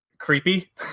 Creepy